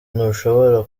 ntushobora